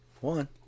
One